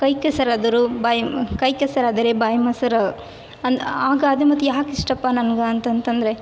ಕೈ ಕೆಸರಾದರೆ ಬಾಯಿ ಕೈ ಕೆಸರಾದರೆ ಬಾಯಿ ಮೊಸರು ಅನ್ ಆ ಗಾದೆ ಮಾತು ಯಾಕೆ ಇಷ್ಟಾಪ್ಪ ನನ್ಗೆ ಅಂತಂತಂದರೆ